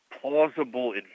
plausible